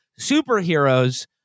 superheroes